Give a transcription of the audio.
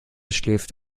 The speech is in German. schläft